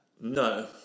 no